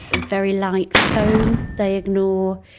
very light foam they ignore,